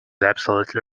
absolutely